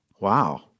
Wow